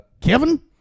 kevin